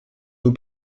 nous